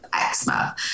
eczema